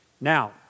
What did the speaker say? Now